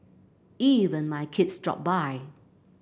even my kids dropped by